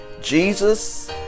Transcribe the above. Jesus